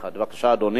בבקשה, אדוני,